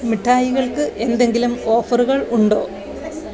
മിഠായികൾക്ക് എന്തെങ്കിലും ഓഫറുകൾ ഉണ്ടോ